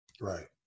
Right